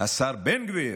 השר בן גביר,